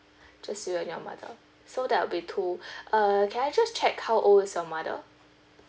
just you and your mother so there'll be two uh can I just check how old is your mother